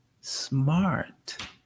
smart